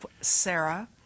Sarah